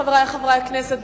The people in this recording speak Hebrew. חברי חברי הכנסת,